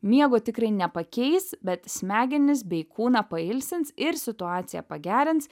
miego tikrai nepakeis bet smegenis bei kūną pailsins ir situaciją pagerins